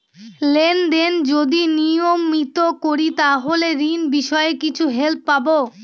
Lane দেন যদি নিয়মিত করি তাহলে ঋণ বিষয়ে কিছু হেল্প পাবো?